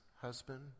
husband